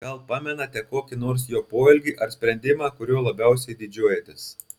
gal pamenate kokį nors jo poelgį ar sprendimą kuriuo labiausiai didžiuojatės